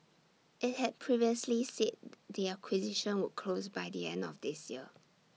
IT had previously said the acquisition would close by the end of this year